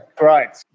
Right